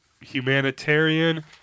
Humanitarian